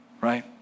right